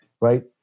right